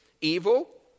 evil